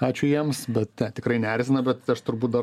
ačiū jiems bet ne tikrai neerzina bet aš turbūt dar